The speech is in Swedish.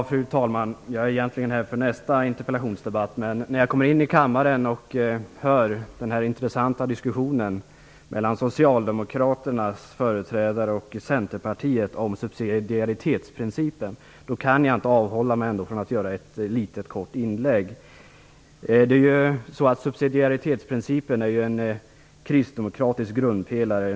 Fru talman! Jag är egentligen här för att delta i nästa interpellationsdebatt, men när jag kommer in i kammaren och hör den här intressanta diskussionen mellan Socialdemokraternas och Centerpartiets företrädare om subsidiaritetsprincipen kan jag inte avhålla mig från att göra ett kort inlägg. Subsidiaritetsprincipen är ju en kristdemokratisk grundpelare.